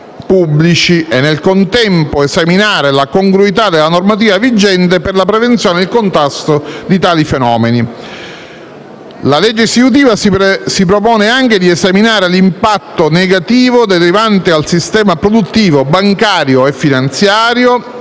pubblici e, nel contempo, esaminare la congruità della normativa vigente per la prevenzione e il contrasto di tali fenomeni. La legge istitutiva si propone anche di esaminare l'impatto negativo derivante al sistema produttivo bancario e finanziario